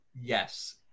Yes